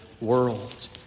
world